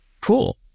cool